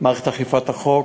מערכת אכיפת החוק,